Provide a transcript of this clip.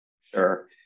Sure